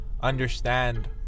understand